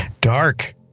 Dark